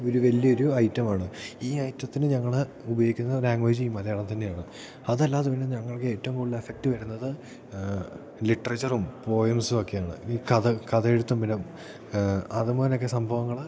ഒര് വലിയൊരു ഐറ്റമാണ് ഈ ഐറ്റത്തിന് ഞങ്ങള് ഉപയോഗിക്കുന്ന ലാംഗ്വേജിൽ മലയാളം തന്നെയാണ് അതല്ലാതെ പിന്നെ ഞങ്ങൾക്ക് ഏറ്റവും കൂടുതൽ ഇഫക്ട് വരുന്നത് ലിട്രേച്ചറും പോയംസും ഒക്കെയാണ് ഈ കഥ കഥ എഴുത്തും പിന്നെ അത്പോലൊക്കെ സംഭവങ്ങള്